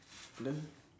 then